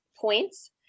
points